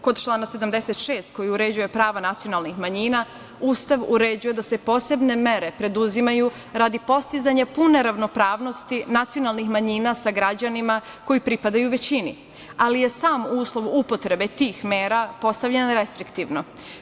Kod člana 76, koji uređuje prava nacionalnih manjina, Ustav uređuje da se posebne mere preduzimaju radi postizanja pune ravnopravnosti nacionalnih manjina sa građanima koji pripadaju većini, ali je sam uslov upotrebe tih mera postavljen restriktivno.